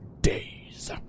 days